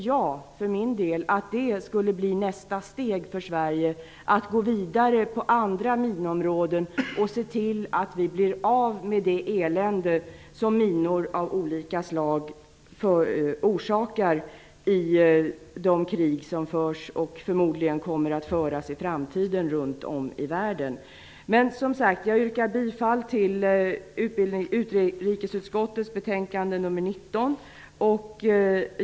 Jag för min del tycker att det borde vara nästa steg för Sverige att gå vidare på andra minområden och se till att vi blir av med det elände som minor av olika slag orsakar i de krig som förs och förmodligen kommer att föras i framtiden runt om i världen. Jag yrkar som sagt bifall till hemställan i utrikesutskottets betänkande nr 19.